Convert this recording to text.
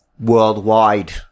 worldwide